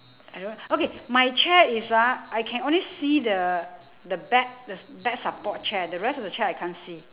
I do~ okay my chair is ah I can only see the the back the s~ back support chair the rest of the chair I can't see